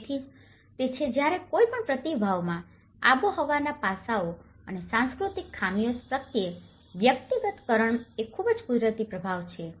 તેથી તે જ છે જ્યારે કોઈપણ પ્રતિભાવમાં આબોહવાના પાસાઓ અને સાંસ્કૃતિક ખામીઓ પ્રત્યે વ્યકિતગતકરણ એ ખૂબ જ કુદરતી પ્રતિભાવ છે